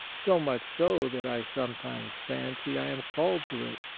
so much so that i sometimes fancy i am called to it.